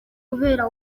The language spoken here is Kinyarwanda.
kubera